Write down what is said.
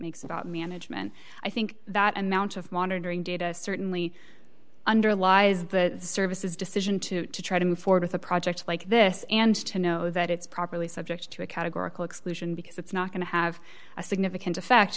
makes about management i think that amount of monitoring data certainly underlies the services decision to try to move forward with a project like this and to know that it's properly subject to a categorical exclusion because it's not going to have a significant effect